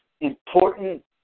important